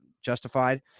justified